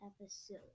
episode